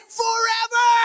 forever